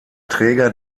träger